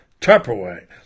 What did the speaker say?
Tupperware